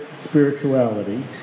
spirituality